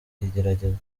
igeragezwa